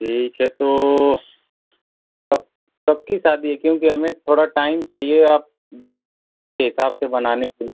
ठीक है तो कब कब की शादी है क्योंकि हमें थोड़ा टाइम चाहिए आप कि हिसाब से बनाने को